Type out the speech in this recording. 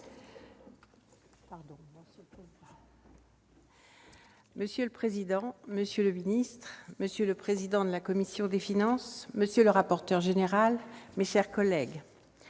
Monsieur le président, monsieur le secrétaire d'État, monsieur le président de la commission des finances, monsieur le rapporteur général, mes chers collègues,